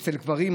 אצל גברים,